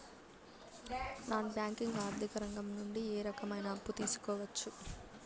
Non banking ఆర్థిక రంగం నుండి ఏ రకమైన అప్పు తీసుకోవచ్చు?